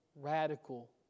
radical